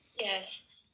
Yes